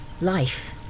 Life